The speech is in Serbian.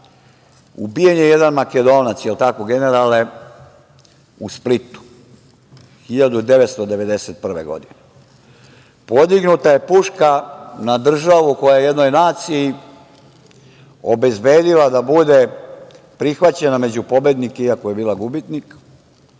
ubijen je jedan Makedonac, jel tako, generale, u Splitu, 1991. godine. Podignuta je puška na državu koja je jednoj naciji obezbedila da bude prihvaćena među pobednike, iako je bila gubitnik,